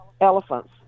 elephants